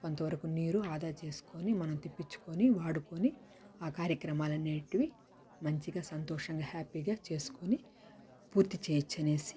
కొంతవరకు నీరు ఆదా చేసుకొని మనం తెచ్చుకొని వాడుకొని ఆ కార్యక్రమాలు అనేవి మంచిగా సంతోషంగా హ్యాపీగా చేసుకొని పూర్తి చేయవచ్చనేసి